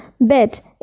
Bet